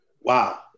Wow